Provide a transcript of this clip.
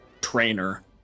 trainer